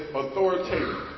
authoritative